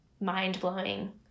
mind-blowing